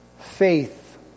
Faith